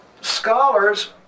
scholars